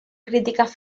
críticas